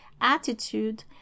attitude